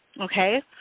Okay